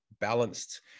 balanced